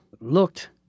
looked